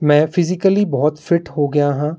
ਮੈਂ ਫਿਜ਼ੀਕਲੀ ਬਹੁਤ ਫਿੱਟ ਹੋ ਗਿਆ ਹਾਂ